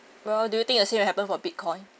well do you think the same will happen for Bitcoin